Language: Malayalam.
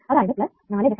അതായത് പ്ലസ് 4